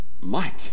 Mike